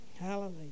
Hallelujah